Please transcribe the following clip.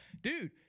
dude